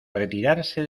retirarse